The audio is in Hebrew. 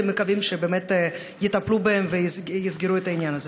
הם מקווים שבאמת יטפלו בהם ויסגרו את העניין הזה.